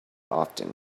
often